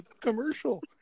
commercial